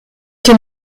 den